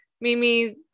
Mimi